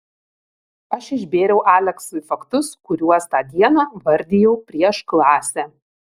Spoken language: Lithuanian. aš išbėriau aleksui faktus kuriuos tą dieną vardijau prieš klasę